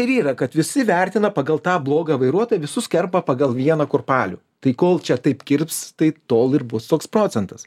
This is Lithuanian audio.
ir yra kad visi vertina pagal tą blogą vairuotoją visus kerpa pagal vieną kurpalių tai kol čia taip kirps tai tol ir bus toks procentas